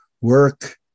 work